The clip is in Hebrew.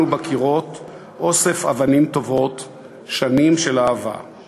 בקירות / אוסף אבנים טובות / שנים של אהבה //